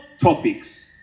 topics